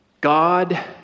God